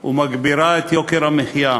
ומגבירה את יוקר המחיה.